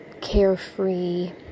carefree